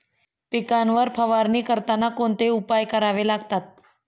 पिकांवर फवारणी करताना कोणते उपाय करावे लागतात?